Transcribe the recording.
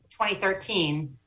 2013